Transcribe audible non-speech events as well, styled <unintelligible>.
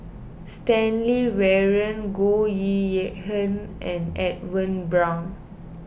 Stanley Warren Goh <unintelligible> and Edwin Brown